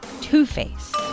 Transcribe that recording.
Two-Face